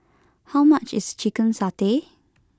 how much is Chicken Satay